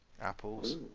apples